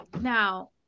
Now